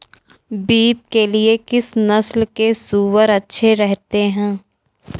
Beef के लिए किस नस्ल के सूअर अच्छे रहते हैं?